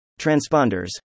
Transponders